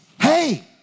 hey